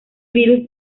virus